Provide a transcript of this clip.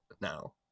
now